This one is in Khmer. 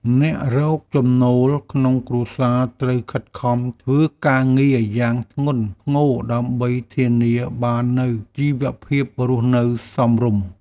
អ្នករកចំណូលក្នុងគ្រួសារត្រូវខិតខំធ្វើការងារយ៉ាងធ្ងន់ធ្ងរដើម្បីធានាបាននូវជីវភាពរស់នៅសមរម្យ។